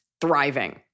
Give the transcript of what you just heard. thriving